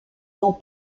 n’ont